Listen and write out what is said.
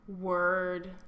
Word